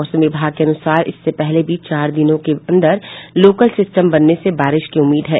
मौसम विभाग के अनुसार इससे पहले भी चार पांच दिनों के अंदर लोकल सिस्टम बनने से बारिश की उम्मीद है